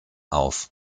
auf